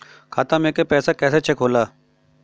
खाता में के पैसा कैसे चेक होला?